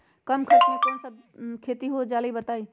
कम खर्च म कौन खेती हो जलई बताई?